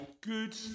good